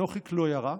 נוחיק לא ירה,